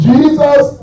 Jesus